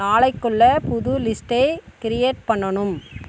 நாளைக்குள் புது லிஸ்ட்டை க்ரியேட் பண்ணனும்